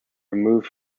removed